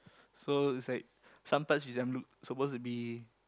so it's like some parts when I'm supposed to be